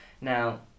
Now